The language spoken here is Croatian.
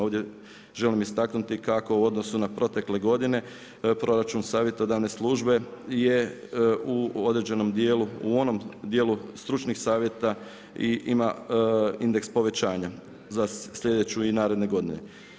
Ovdje želim istaknuti kako u odnosu na protekle godine proračun savjetodavne službe je u određenom dijelu, u onom dijelu stručnih savjeta i ima indeks povećanja za sljedeću i naredne godine.